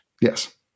Yes